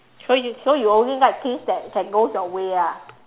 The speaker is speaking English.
so you so you only like things that that goes your way ah